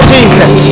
Jesus